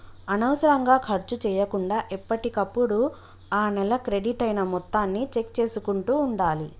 అనవసరంగా ఖర్చు చేయకుండా ఎప్పటికప్పుడు ఆ నెల క్రెడిట్ అయిన మొత్తాన్ని చెక్ చేసుకుంటూ ఉండాలి